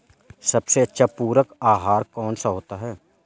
सबसे अच्छा पूरक आहार कौन सा होता है?